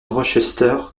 rochester